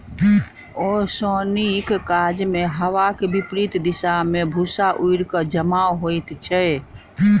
ओसौनीक काजमे हवाक विपरित दिशा मे भूस्सा उड़ि क जमा होइत छै